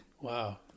Wow